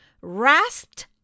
rasped